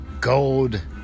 gold